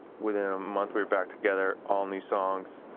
within a month, we were back together, all new songs.